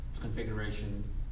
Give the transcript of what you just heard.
configuration